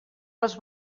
les